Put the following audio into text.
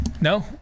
no